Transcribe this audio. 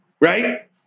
right